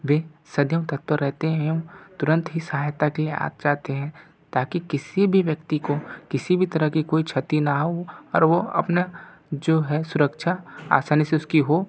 वे सदैव तत्पर रहते हैं एवं तुरंत ही सहायता के लिए आ जाते हैं ताकि किसी भी व्यक्ति को किसी भी तरह की कोई क्षति न हो और वो अपना जो है सुरक्षा आसानी से उसकी हो